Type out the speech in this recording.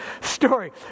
story